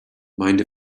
mind